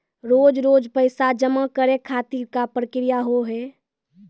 रोज रोज पैसा जमा करे खातिर का प्रक्रिया होव हेय?